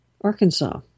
Arkansas